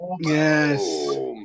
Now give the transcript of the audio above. Yes